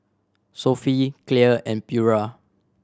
Sofy Clear and Pura